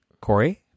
Corey